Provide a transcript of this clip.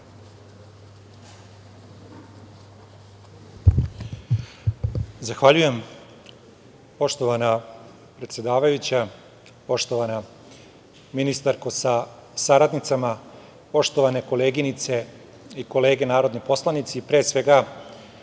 Zahvaljujem. Poštovana predsedavajuća, poštovana ministarko sa saradnicama, poštovane koleginice i kolege narodni poslanici, pre svega